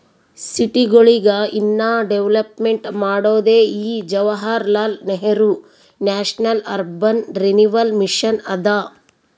ಸಿಟಿಗೊಳಿಗ ಇನ್ನಾ ಡೆವಲಪ್ಮೆಂಟ್ ಮಾಡೋದೇ ಈ Jawaharlal Nehru national urban renewal mission ಅದಾ